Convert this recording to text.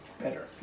better